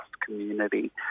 community